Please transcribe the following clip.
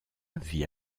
vit